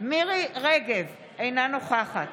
מירי מרים רגב, אינה נוכחת